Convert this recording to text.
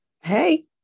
Hey